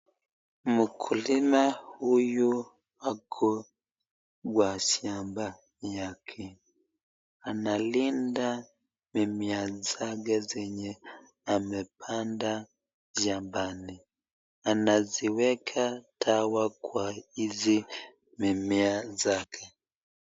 Mkulima huyu ako kwa shamba yake, analinda mimea zake zenye amepanda shambani anaweka dawa kwa hizi mimea zake.